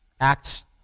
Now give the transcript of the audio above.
Acts